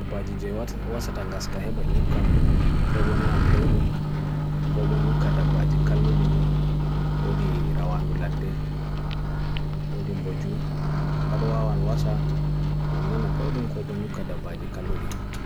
Dabaji je wasa tanga skahe ban yuka, ko bonan anpewdom, ko bon yuka dabaji kaluli ni, odi rawan dulade, odim boju, padua wan wasa nganan anpewdom ko bon yuka dabaji kaluli.